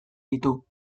ditu